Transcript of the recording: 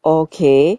okay